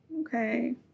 okay